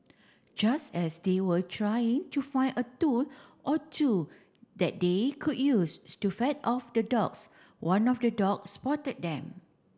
just as they were trying to find a tool or two that they could use to fend off the dogs one of the dogs spotted them